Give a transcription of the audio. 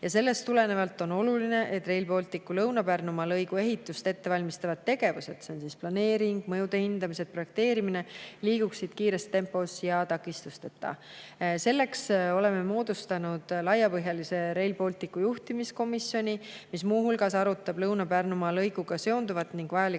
Sellest tulenevalt on oluline, et Rail Balticu Lõuna-Pärnumaa lõigu ehitust ettevalmistavad tegevused – planeering, mõjude hindamine, projekteerimine – liiguksid kiires tempos ja takistusteta. Selleks oleme moodustanud laiapõhjalise Rail Balticu juhtimiskomisjoni, mis muu hulgas arutab Lõuna-Pärnumaa lõiguga seonduvat, et vajalikud